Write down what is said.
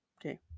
okay